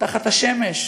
תחת השמש,